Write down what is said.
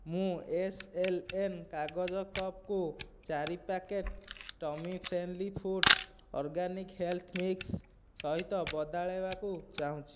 ମୁଁ S L N କାଗଜ cup କୁ ଚାରି packet tummy friendly foods organic health mix ସହିତ ବଦଳାଇବାକୁ ଚାହୁଁଛି